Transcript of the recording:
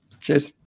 Cheers